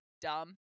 dumb